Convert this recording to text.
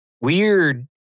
weird